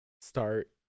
start